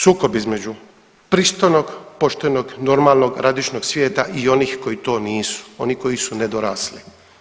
Sukob između pristojnog, poštenog, normalnog, radišnog svijeta i onih koji to nisu, oni koji su nedorasli.